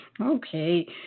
Okay